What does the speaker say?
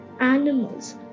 animals